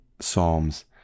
psalms